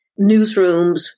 newsrooms